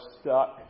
stuck